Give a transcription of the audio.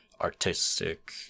artistic